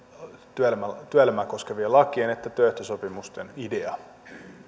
työelämää työelämää koskevien lakien että työehtosopimusten idea